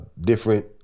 different